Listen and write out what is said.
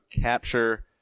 capture